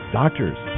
doctors